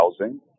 housing